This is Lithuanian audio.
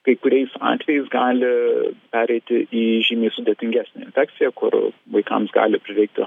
kai kuriais atvejais gali pereiti į žymiai sudėtingesnę infekciją kur vaikams gali prireikti